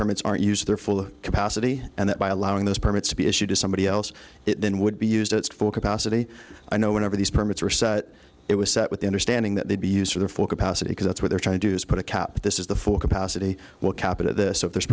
permits are used their full capacity and that by allowing those permits to be issued to somebody else then would be used at full capacity i know whenever these permits were set it was set with the understanding that they'd be used for the full capacity because that's what they're trying to do is put a cap this is the full capacity will cap it this so th